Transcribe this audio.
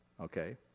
Okay